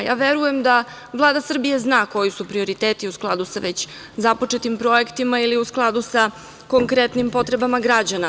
Ja verujem da Vlada Srbije zna koji su prioriteti u skladu sa već započetim projektima ili u skladu sa konkretnim potrebama građana.